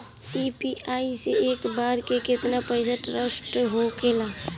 UPI से एक बार मे केतना पैसा ट्रस्फर होखे ला?